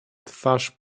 twarz